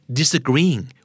disagreeing